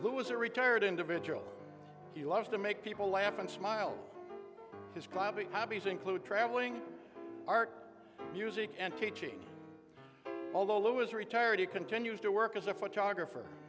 who is a retired individual he loves to make people laugh and smile his private hobbies include traveling art music and teaching although lou is retired he continues to work as a photographer